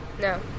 No